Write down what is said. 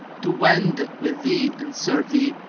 to wend with thee and serve thee,